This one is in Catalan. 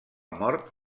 mort